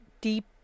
deep